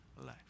life